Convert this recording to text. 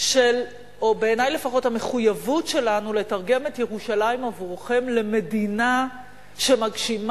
של המחויבות שלנו לתרגם את ירושלים עבורכם למדינה שמגשימה